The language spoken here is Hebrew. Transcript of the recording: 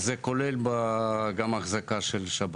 זה כולל גם אחזקה של שבת.